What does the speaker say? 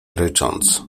rycząc